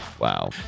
Wow